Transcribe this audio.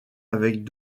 avec